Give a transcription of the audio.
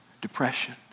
depression